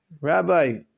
Rabbi